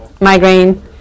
Migraine